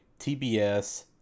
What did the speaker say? TBS